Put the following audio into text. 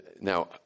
now